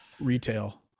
retail